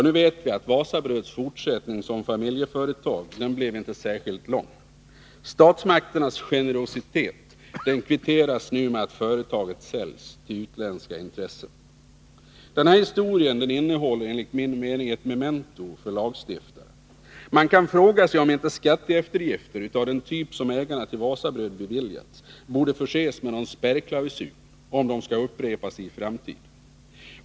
Nu vet vi att Wasabröds fortsättning som familjeföretag inte blev särskilt lång. Statsmakternas generositet kvitteras nu med att företaget säljs till utländska intressen. Den här historien innehåller, enligt min mening, ett memento för lagstiftaren. Man kan fråga sig om inte skatteeftergifter av den typ som ägarna till Wasabröd beviljats borde förses med någon spärrklausul om de skall upprepas i framtiden.